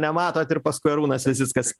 nematot ir paskui arūnas sesickas